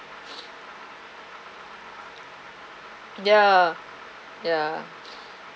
ya ya